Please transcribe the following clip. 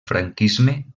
franquisme